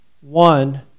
one